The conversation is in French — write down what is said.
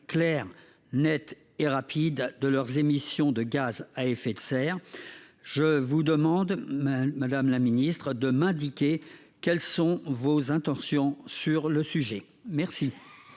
claire, nette et rapide de leurs émissions de gaz à effet de serre, je vous demande, madame la ministre, de m’indiquer quelles sont les intentions du Gouvernement